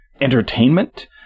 entertainment